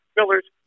Miller's